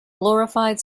glorified